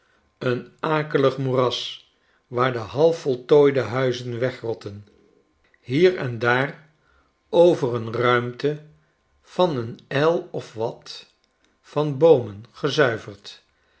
een akelig moeras waar de half voltooide huizen wegrotten hier en daar over een ruimte van een el of wat van boomen gezuiverd